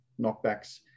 knockbacks